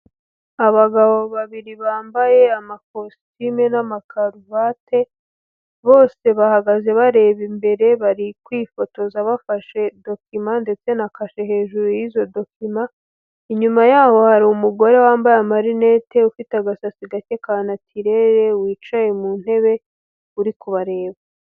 Abagabo babiri bambaye amakositimu n'amakaruvate, bose bahagaze bareba imbere, bari kwifotoza bafashe dokima ndetse na kashe hejuru y'izo dokima, inyuma yabo hari umugore wambaye amarinete ufite agasatsi gake ka natirere wicaye mu ntebe uri kubareba.